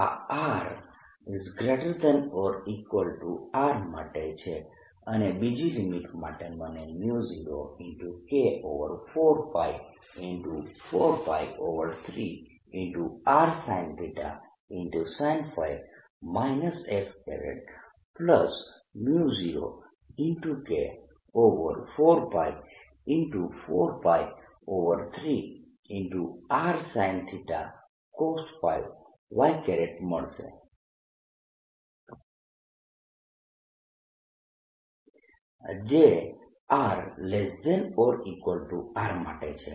આ r≥R માટે છે અને બીજી લિમીટ માટે મને 0K4π4π3rsinθsinϕ 0K4π4π3rsinθcosϕ મળશે જે r≤R માટે છે